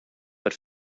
but